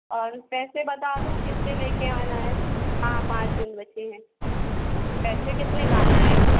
और पैसे बता दो कितने लेके आना है हाँ पाँच दिन बचे हैं पैसे कितने लाना है